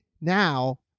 now